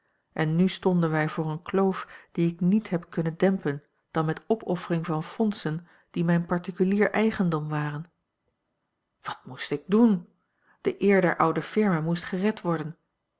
en nu stonden wij voor eene kloof die ik niet heb kunnen dempen dan met opoffering van fondsen die mijn particulier eigendom waren wat moest ik doen de eer a l g bosboom-toussaint langs een omweg der oude firma moest gered worden